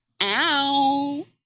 Ow